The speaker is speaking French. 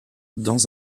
dans